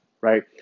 right